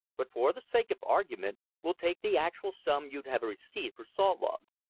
but for the sake of argument, we'll take the actual sum you'd have received for saw logs.